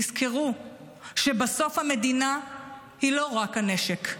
תזכרו שבסוף המדינה היא לא רק הנשק,